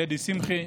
דדי שמחי,